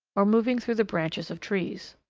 or moving through the branches of trees.